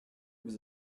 vous